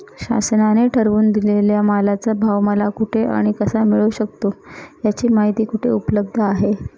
शासनाने ठरवून दिलेल्या मालाचा भाव मला कुठे आणि कसा मिळू शकतो? याची माहिती कुठे उपलब्ध आहे?